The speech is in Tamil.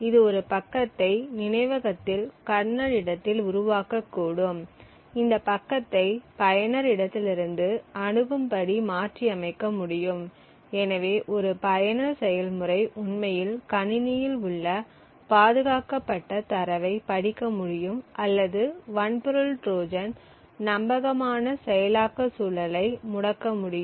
இது ஒரு பக்கத்தை நினைவகத்தில் கர்னல் இடத்தில் உருவாக்கக்கூடும் இந்த பக்கத்தை பயனர் இடத்திலிருந்து அணுகும்படி மாற்றியமைக்க முடியும் எனவே ஒரு பயனர் செயல்முறை உண்மையில் கணினியில் உள்ள பாதுகாக்கப்பட்ட தரவைப் படிக்க முடியும் அல்லது வன்பொருள் ட்ரோஜன் நம்பகமான செயலாக்க சூழலை முடக்க முடியும்